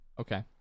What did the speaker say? okay